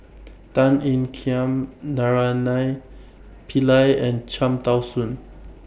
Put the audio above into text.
Tan Ean Kiam Naraina Pillai and Cham Tao Soon